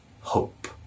hope